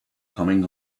coming